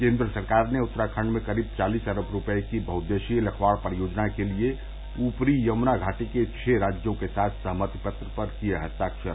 केंद्र सरकार ने उत्तराखंड में करीब चालीस अरब रूपये की बहउद्देशीय लखवाड़ परियोजना के लिए ऊपरी यमुना घाटी के छह राज्यों के साथ सहमति पत्र पर किये हस्ताक्षर